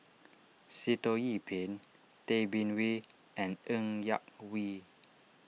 Sitoh Yih Pin Tay Bin Wee and Ng Yak Whee